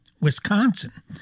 Wisconsin